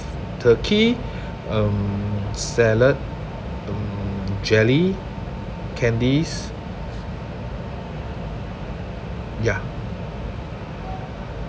turkey um salad um jelly candies ya